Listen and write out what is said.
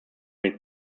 mit